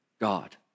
God